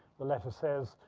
the letter says,